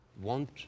want